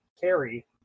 carry